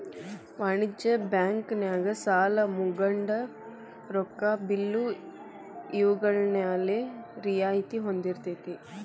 ವಾಣಿಜ್ಯ ಬ್ಯಾಂಕ್ ನ್ಯಾಗ ಸಾಲಾ ಮುಂಗಡ ರೊಕ್ಕಾ ಬಿಲ್ಲು ಇವ್ಗಳ್ಮ್ಯಾಲೆ ರಿಯಾಯ್ತಿ ಹೊಂದಿರ್ತೆತಿ